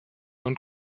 und